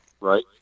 Right